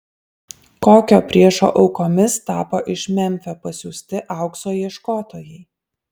kokio priešo aukomis tapo iš memfio pasiųsti aukso ieškotojai